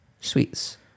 Sweets